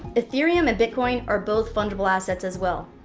ethereum and bitcoin are both fungible assets as well.